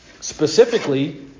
Specifically